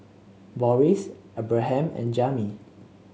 Boris Abraham and Jami